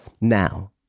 Now